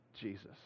Jesus